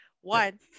One